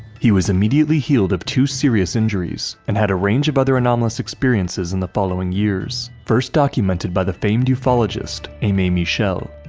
he was immediately healed of two serious injuries, and had a range of other anomalous experiences in the following years, first documented by the famed yeah ufologist, aime aime michel.